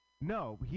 No